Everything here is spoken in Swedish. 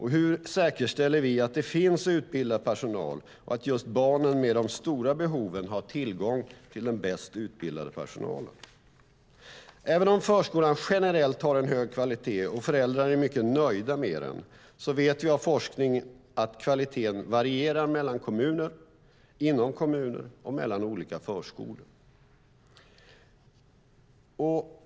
Hur säkerställer vi att det finns utbildad personal och att just barnen med stora behov har tillgång till den bäst utbildade personalen? Även om förskolan generellt har en hög kvalitet och föräldrar är mycket nöjda med den vet vi av forskning att kvaliteten varierar mellan kommuner, inom kommuner och mellan olika förskolor.